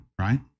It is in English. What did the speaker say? right